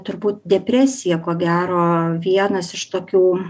turbūt depresija ko gero vienas iš tokių